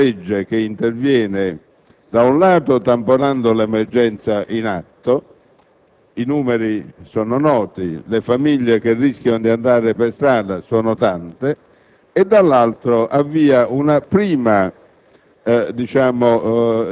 Di qui la scelta opportuna del decreto-legge, che interviene, da un lato, tamponando l'emergenza in atto - i numeri sono noti, le famiglie che rischiano di andare per strada sono tante